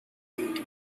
wait